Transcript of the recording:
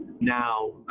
now